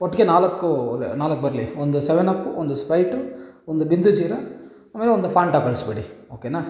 ಒಟ್ಟಿಗೆ ನಾಲ್ಕೂ ಅದೆ ನಾಲ್ಕು ಬರಲಿ ಒಂದು ಸೆವೆನ್ ಅಪ್ಪು ಒಂದು ಸ್ಪ್ರೈಟು ಒಂದು ಬಿಂದು ಜೀರ ಆಮೇಲೆ ಒಂದು ಫಾಂಟ ಕಳಿಸ್ಬಿಡಿ ಓಕೆನ